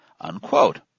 unquote